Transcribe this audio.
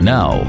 Now